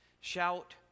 shout